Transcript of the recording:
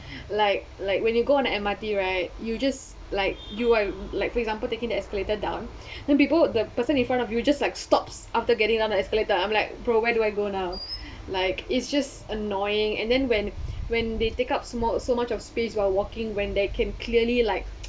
like like when you go on a M_R_T right you just like you are like for example taking the escalator down then people the person in front of you just like stops after getting on an escalator I'm like bro where do I go now like it's just annoying and then when when they take out so muc~ so much of space while walking when they can clearly like